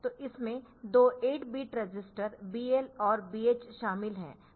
तो इसमें दो 8 बिट रजिस्टर BL और BH शामिल है